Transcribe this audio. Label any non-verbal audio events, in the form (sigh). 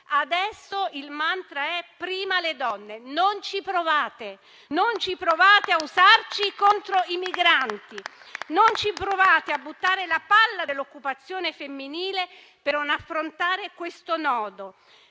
Adesso il mantra è "prima le donne": non ci provate! (applause) Non provate a usarci contro i migranti. Non provate a buttare la palla dell'occupazione femminile per non affrontare questo nodo.